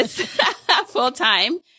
full-time